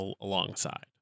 alongside